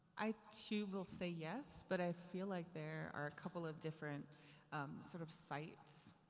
i too will say yes, but i feel like there are a couple of different sort of sites,